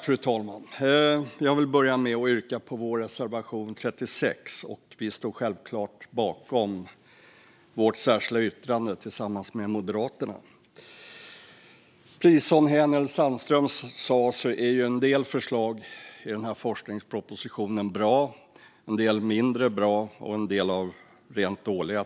Fru talman! Jag vill börja med att yrka bifall till reservation 36. Vi står självklart bakom vårt särskilda yttrande som vi har tillsammans med Moderaterna. Precis som Hänel Sandström sa är en del förslag i forskningspropositionen bra, en del är mindre bra och en del är rent av dåliga.